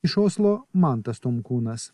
iš oslo mantas tomkūnas